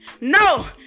no